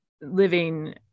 living